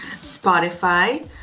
Spotify